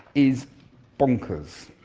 is bonkers.